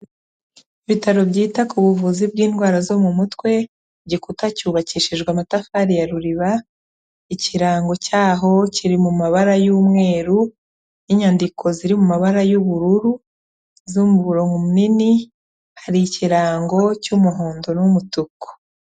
Ibitaro byita ku buvuzi bw'indwara zo mu mutwe, igikuta cyubakishijwe amatafari ya ruriba, ikirango cyaho kiri mu mabara y'umweru, n'inyandiko ziri mu mabara y'ubururu, z'umuro munini, hari ikirango cy'umuhondo n'umutuku.